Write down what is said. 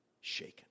shaken